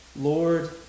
Lord